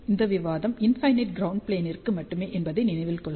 இந்த விவாதம் infinite ground plane ற்கு மட்டுமே என்பதை நினைவில் கொள்க